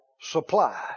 supply